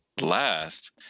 last